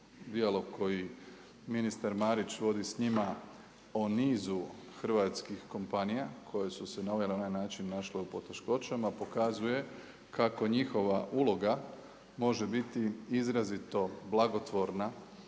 dijalog koji ministar Marić vodi s njima, o nizu hrvatskih kompanija, koje su se na ovaj ili onaj način našle u poteškoćama, pokazuje, kako njihova uloga može biti izrazito blagotvorna